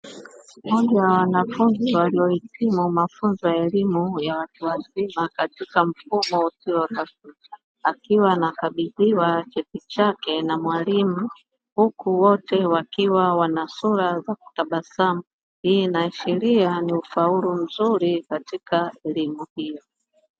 Moja ya wanafunzi waliohitimu mafunzo ya elimu ya watu wazima katika mfumo usio rasmi, akiwa anakabidhiwa cheti chake na mwalimu, huku wote wakiwa wana sura za kutabasamu; hii inaashiria ni ufaulu mzuri katika elimu hiyo.